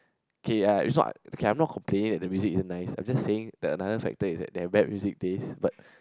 okay uh is not okay I'm not complaining that the music isn't even nice I'm just saying the another factor is that they have bad music taste but